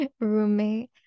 roommate